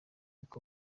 uko